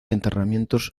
enterramientos